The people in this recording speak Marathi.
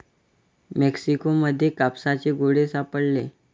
मेक्सिको मध्ये कापसाचे गोळे सापडले